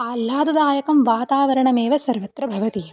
आल्हाददायकं वातावरणमेव सर्वत्र भवति